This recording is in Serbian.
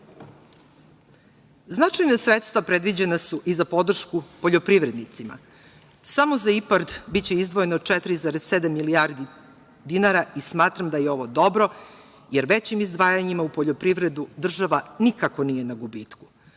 sredstva predviđena su i za podršku poljoprivrednicima. Samo za IPARD biće izdvojeno 4,7 milijardi dinara i smatram da je ovo dobro, jer većim izdvajanjima u poljoprivredu država nikako nije na gubitku.